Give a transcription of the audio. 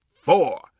four